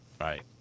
Right